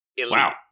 Wow